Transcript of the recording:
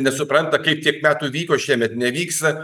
nesupranta kaip tiek metu vyko šiemet nevyksta